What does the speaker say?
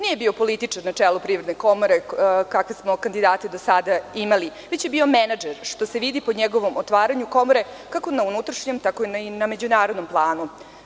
Nije bio političar na čelu Privredne komore, kakve smo kandidate do sada imali, već je bio menadžer, što se vidi po njegovom otvaranju komore, kako na unutrašnjem tako i na međunarodnom planu.